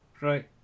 Right